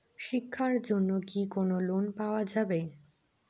শিক্ষার জন্যে কি কোনো লোন পাওয়া যাবে?